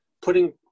putting